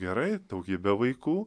gerai daugybė vaikų